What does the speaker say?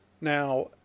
Now